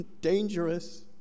dangerous